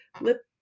lip